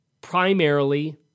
Primarily